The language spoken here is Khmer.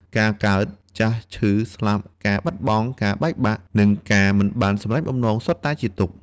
ការកើត ចាស់ ឈឺ ស្លាប់ ការបាត់បង់ ការបែកបាក់ និងការមិនបានសម្រេចបំណងសុទ្ធតែជាទុក្ខ។